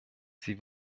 sie